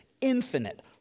infinite